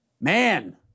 man